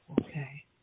okay